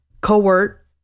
Covert